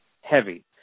heavy